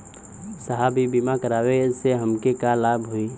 साहब इ बीमा करावे से हमके का लाभ होई?